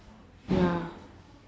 ya